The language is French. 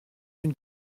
une